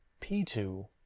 p2